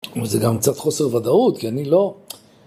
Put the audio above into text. זה גם קצת חוסר ודאות, כי אני לא...